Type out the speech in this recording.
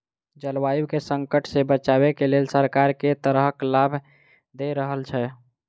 जलवायु केँ संकट सऽ बचाबै केँ लेल सरकार केँ तरहक लाभ दऽ रहल छै?